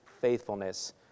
faithfulness